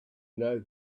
know